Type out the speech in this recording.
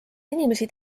inimesi